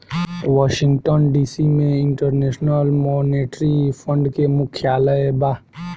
Washington DC में international monetary fund के मुख्यालय बा